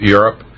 Europe